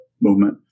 movement